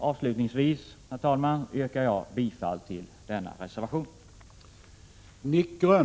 Avslutningsvis, herr talman, yrkar jag bifall till den reservationen.